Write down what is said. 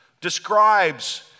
describes